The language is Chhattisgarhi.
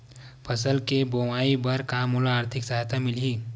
फसल के बोआई बर का मोला आर्थिक सहायता मिलही?